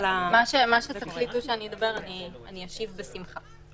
על מה שתחליטו שאדבר עליו אני אשיב בשמחה.